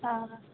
हां